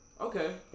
Okay